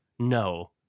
No